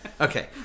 Okay